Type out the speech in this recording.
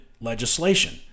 legislation